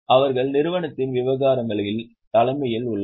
அவர்கள் நிறுவனத்தின் விவகாரங்களின் தலைமையில் உள்ளனர்